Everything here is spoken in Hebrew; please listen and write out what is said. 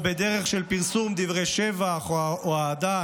או בדרך של פרסום דברי שבח או אהדה,